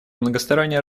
многостороннее